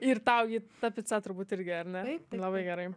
ir tau ji ta pica turbūt irgi ar ne taip labai gerai